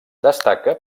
destaca